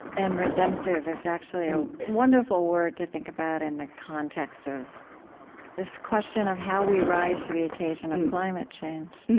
and redemptive is actually a wonderful word to think about in the context of this question of how we rise to the occasion of climate change